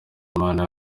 impano